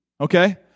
okay